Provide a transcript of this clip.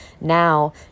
Now